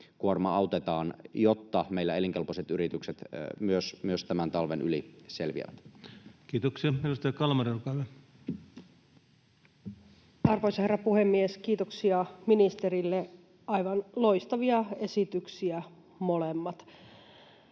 osa — autetaan, jotta meillä elinkelpoiset yritykset selviävät myös tämän talven yli. Kiitoksia. — Edustaja Kalmari, olkaa hyvä. Arvoisa herra puhemies! Kiitoksia ministerille, aivan loistavia esityksiä molemmat.